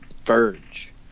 Verge